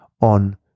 on